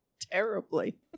terribly